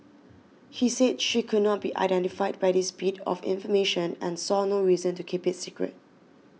he said she could not be identified by this bit of information and saw no reason to keep it secret